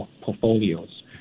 portfolios